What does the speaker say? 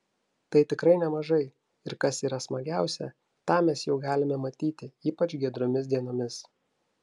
tai tikrai nemažai ir kas yra smagiausia tą mes jau galime matyti ypač giedromis dienomis